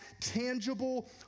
tangible